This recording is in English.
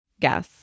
gas